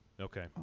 Okay